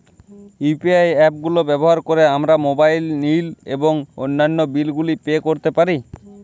UPI app গুলো ব্যবহার করে আমরা মোবাইল নিল এবং অন্যান্য বিল গুলি পে করতে পারি